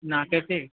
नाके पर